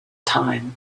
time